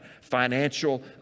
Financial